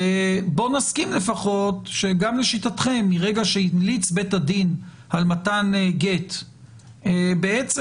בואו נסכים לפחות שגם לשיטתכם מרגע שהמליץ בית הדין על מתן הגט מתחילה